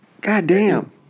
goddamn